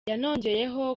yanongeyeho